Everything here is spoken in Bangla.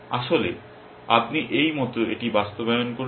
আসলে আপনি এই মত এটি বাস্তবায়ন করুন